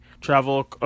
travel